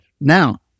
now